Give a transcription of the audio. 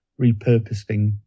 repurposing